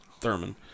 Thurman